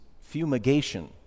fumigation